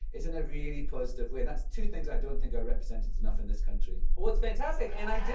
it's in a really positive way. and that's two things i don't think are represented enough in this country. well, it's fantastic. and i